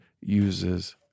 uses